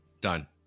done